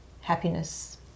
happiness